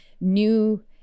new